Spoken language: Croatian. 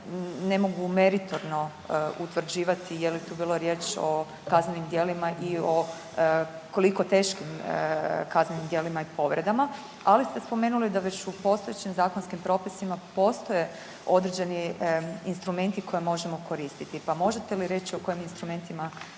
Ne mogu meritorno utvrđivati je li tu bilo riječ o kaznenim djelima i o koliko teškim kaznenim djelima i povredama, ali ste spomenuli da već u postojećim zakonskim propisima postoje određeni instrumenti koje možemo koristiti. Pa možete li reći o kojim instrumentima